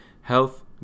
health